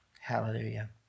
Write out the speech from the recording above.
Hallelujah